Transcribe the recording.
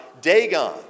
Dagon